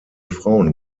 frauen